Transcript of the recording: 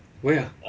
where